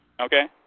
Okay